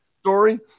story